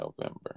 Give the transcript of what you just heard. November